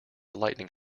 lightning